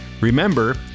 Remember